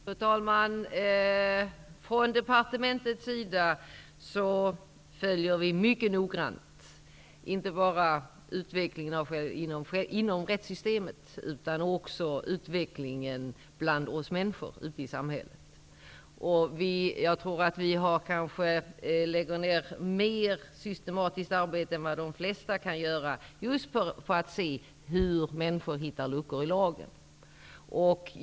Fru talman! Vi på departementet följer mycket noggrant inte bara utvecklingen inom rättssystemet, utan också utvecklingen bland oss människor ute i samhället. Vi lägger nog ner mer systematiskt arbete än vad de flesta kan göra, just på att se hur människor hittar luckor i lagen.